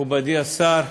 מכובדי השר,